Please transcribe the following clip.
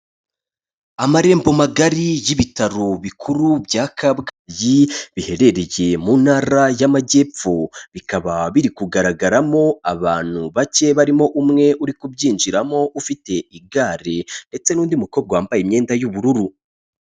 Amarembo magari y'ibitaro bikuru bya Kabgayi biherereye mu ntara y'amajyepfo, bikaba biri kugaragaramo abantu bake barimo umwe uri kubyinjiramo ufite igare ndetse n'undi mukobwa wambaye imyenda y'ubururu.